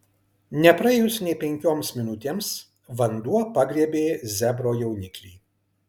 nepraėjus nė penkioms minutėms vanduo pagriebė zebro jauniklį